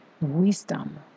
wisdom